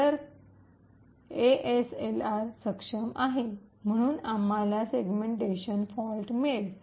तर कारण एएसएलआर सक्षम आहे म्हणून आम्हाला सेगमेंटेशन फॉल्ट मिळेल